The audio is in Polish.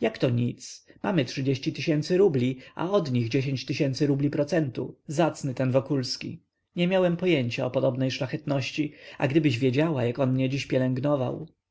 jakto nic mamy trzydzieści tysięcy rubli a od nich dziesięć tysięcy rubli procentu zacny ten wokulski nie miałem pojęcia o podobnej szlachetności a gdybyś wiedziała jak on mnie dziś pielęgnował